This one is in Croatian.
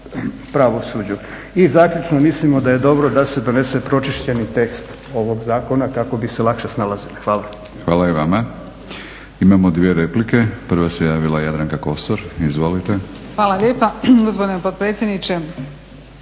Hvala i vama. Imamo dvije replike. Prva se javila Jadranka Kosor, izvolite. **Kosor, Jadranka